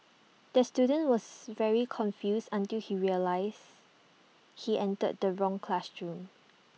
the student was very confused until he realised he entered the wrong classroom